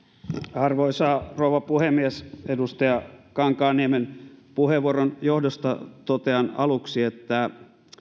arvoisa rouva puhemies edustaja kankaanniemen puheenvuoron johdosta totean aluksi että